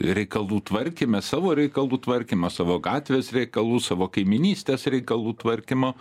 reikalų tvarkyme savo reikalų tvarkymą savo gatvės reikalų savo kaimynystės reikalų tvarkymo